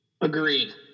Agreed